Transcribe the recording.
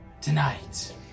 tonight